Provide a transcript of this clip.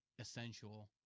essential